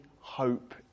hope